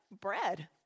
bread